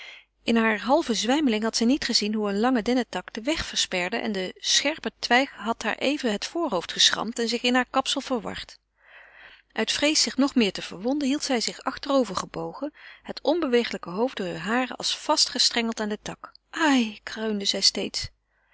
in hare halve zwijmeling had zij niet gezien hoe een lange dennetak den weg versperde en de scherpe twijg had haar even het voorhoofd geschramd en zich in heur kapsel verward uit vrees zich nog meer te verwonden hield zij zich achterover gebogen het onbeweeglijke hoofd door heure haren als vastgestrengeld aan den tak ai kreunde zij steeds